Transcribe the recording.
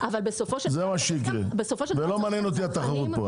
זה מה שיקרה ולא מעניינת אותי התחרות במקרה הזה,